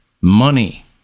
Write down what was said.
money